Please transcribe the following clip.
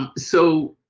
um so